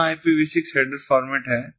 यहाँ IPV6 header format है